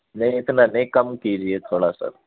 نہیں اتنا نہیں کم کیجیے تھوڑا سا